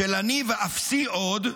של "אני ואפסי עוד",